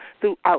throughout